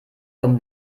vom